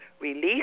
release